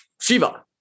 Shiva